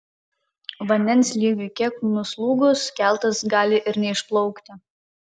vandens lygiui kiek nuslūgus keltas gali ir neišplaukti